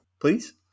Please